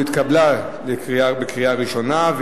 התשע"א 2011,